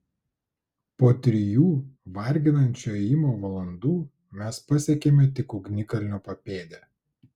po trijų varginančio ėjimo valandų mes pasiekėme tik ugnikalnio papėdę